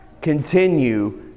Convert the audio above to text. continue